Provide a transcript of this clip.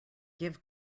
give